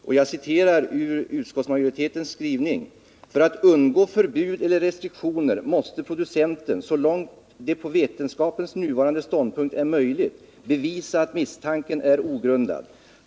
Jag kan citera ur utskottsmajoritetens skrivning: ”För att ——— undgå förbud eller restriktioner måste producenten ——— så långt det på vetenskapens nuvarande ståndpunkt är möjligt bevisa att misstanken är ogrundad.